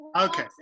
okay